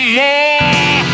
more